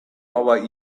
our